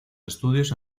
estudios